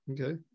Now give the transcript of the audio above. Okay